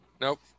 Nope